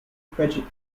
prejudice